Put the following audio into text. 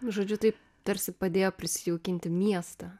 žodžiu taip tarsi padėjo prisijaukinti miestą